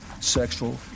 Sexual